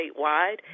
statewide